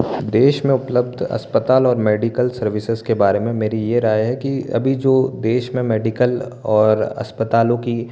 देश में उपलब्ध अस्पताल और मेडिकल सर्विसेस के बारे में मेरी ये राय है कि अभी जो देश में मेडिकल और अस्पतालों की